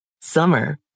Summer